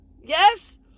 yes